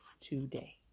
today